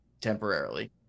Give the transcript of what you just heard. temporarily